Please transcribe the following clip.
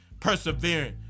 persevering